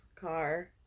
car